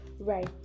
right